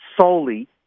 solely